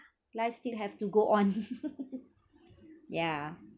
life still have to go on yeah